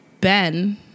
Ben